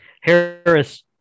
Harris